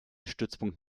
stützpunkt